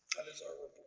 that is all.